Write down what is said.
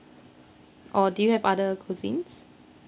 or do you have other cuisines